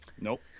Nope